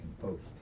Post